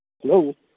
hello